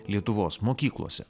lietuvos mokyklose